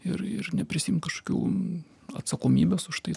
ir ir neprisiimt kažkokių atsakomybės už tai